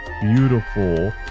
beautiful